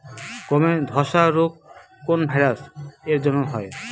গমের ধসা রোগ কোন ভাইরাস এর জন্য হয়?